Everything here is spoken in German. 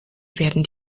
werden